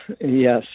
Yes